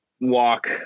walk